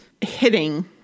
hitting